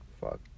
Fuck